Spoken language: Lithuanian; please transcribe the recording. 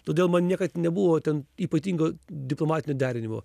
todėl man niekad nebuvo ten ypatingo diplomatinio derinimo